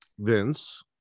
Vince